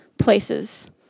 places